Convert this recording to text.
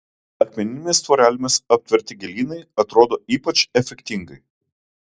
akmeninėmis tvorelėmis aptverti gėlynai atrodo ypač efektingai